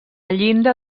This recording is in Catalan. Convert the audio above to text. llinda